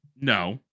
No